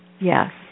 Yes